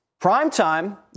Primetime